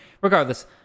Regardless